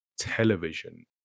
television